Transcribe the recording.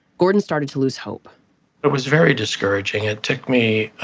gordon started to lose hope it was very discouraging. it took me,